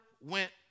went